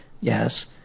Yes